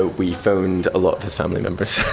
ah we phoned a lot of his family members.